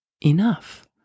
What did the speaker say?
enough